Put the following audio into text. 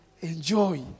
Enjoy